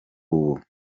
ubu